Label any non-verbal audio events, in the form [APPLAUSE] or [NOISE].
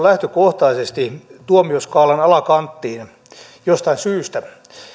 [UNINTELLIGIBLE] lähtökohtaisesti skaalan alakanttiin jostain syystä